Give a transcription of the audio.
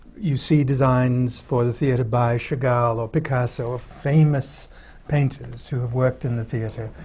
you see designs for the theatre by chagall or picasso ah famous painters who have worked in the theatre,